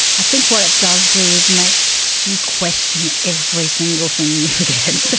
i think what it does do is makes so you question every single thing you forget,